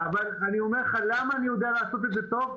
אני אומר לך למה אני יודע לעשות את זה טוב?